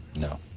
No